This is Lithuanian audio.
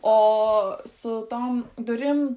o su tom durim